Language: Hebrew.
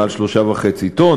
מעל 3.5 טונות,